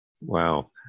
Wow